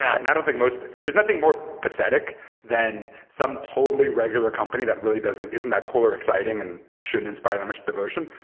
and i don't think most there's nothing more pathetic than some totally regular company that really doesn't isn't not cool or exciting and shouldn't inspire that much devotion,